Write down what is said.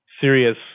serious